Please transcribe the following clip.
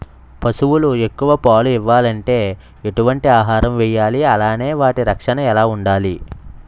పశువులు ఎక్కువ పాలు ఇవ్వాలంటే ఎటు వంటి ఆహారం వేయాలి అలానే వాటి రక్షణ ఎలా వుండాలి?